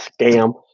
scam